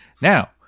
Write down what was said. Now